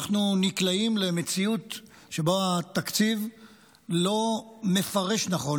אנחנו נקלעים למציאות שבה התקציב לא מפרש נכון,